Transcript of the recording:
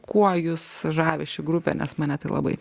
kuo jus žavi ši grupė nes mane tai labai